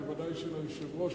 וודאי של היושב-ראש,